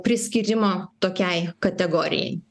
priskyrimo tokiai kategorijai